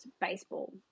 baseball